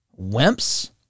wimps